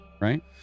Right